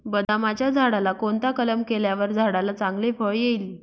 बदामाच्या झाडाला कोणता कलम केल्यावर झाडाला चांगले फळ येईल?